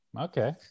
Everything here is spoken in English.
okay